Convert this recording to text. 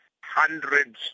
hundreds